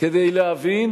כדי להבין